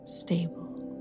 stable